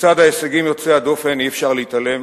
בצד ההישגים יוצאי הדופן אי-אפשר להתעלם